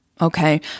Okay